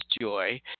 joy